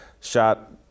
shot